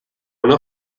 una